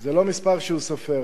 זה לא מספר שהוא סופר.